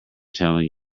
telling